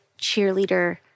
cheerleader